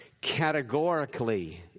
categorically